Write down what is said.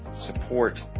support